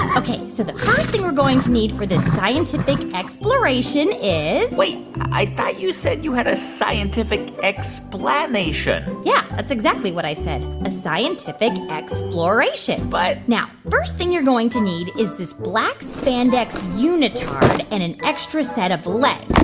ok. so the first thing we're going to need for this scientific exploration is. wait. i thought you said you had a scientific explanation yeah. that's exactly what i said. a scientific exploration but. now first thing you're going to need is this black spandex unitard and an extra set of legs.